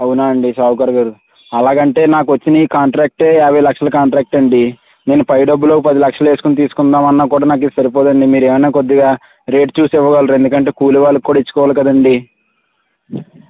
అవునా అండీ షావుకార్ గారు అలాగంటే నాకొచ్చినీ కాంట్రాక్టే యాభై లక్షల కాంట్రాక్ట్ అండీ నేను పై డబ్బులు ఒక పది లక్షలేసుకోని తీసుకుందామన్నా కూడా నాకిది సరిపోదండీ మీరేమన్నా కొద్దిగా రేట్ చూసి ఇవ్వగలరు ఎందుకంటే కూలి వాళ్ళక్కూడా ఇచ్చుకోవాల కదండీ